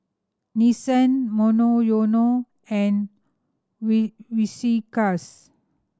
Nissin Monoyono and We Whiskas